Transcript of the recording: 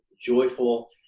joyful